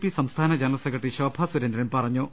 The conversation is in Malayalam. പി സംസ്ഥാന ജനറൽ സെക്രട്ടറി ശോഭാസു രേന്ദ്രൻ പറഞ്ഞു